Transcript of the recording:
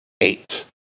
Eight